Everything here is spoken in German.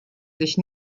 sich